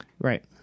Right